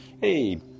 hey